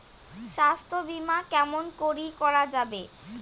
স্বাস্থ্য বিমা কেমন করি করা যাবে?